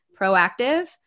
proactive